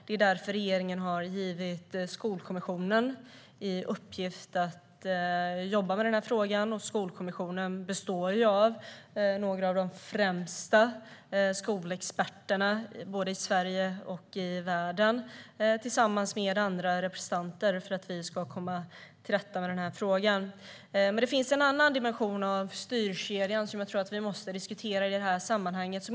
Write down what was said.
Det är därför regeringen har givit Skolkommissionen i uppgift att jobba med frågan. Skolkommissionen består ju av några av de främsta skolexperterna i både Sverige och världen, samt andra representanter, och man jobbar för att vi ska komma till rätta med frågan. Det finns dock en annan dimension av styrkedjan jag tror att vi måste diskutera i sammanhanget.